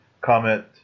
comment